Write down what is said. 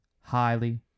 Highly